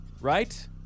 right